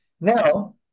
Now